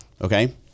Okay